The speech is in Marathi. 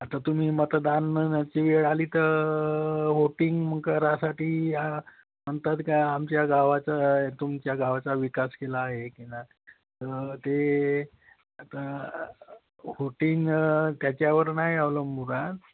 आता तुम्ही मतदानाची वेळ आली तर होटिंग करायसाठी या म्हणतात का आमच्या गावाचा तुमच्या गावाचा विकास केला आहे की ना तर ते आता होटिंग त्याच्यावर नाही अवलंबून राहत